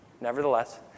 Nevertheless